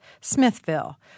Smithville